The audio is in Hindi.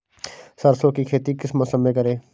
सरसों की खेती किस मौसम में करें?